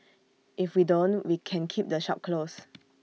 if we don't we can keep the shop closed